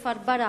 כפר-ברא,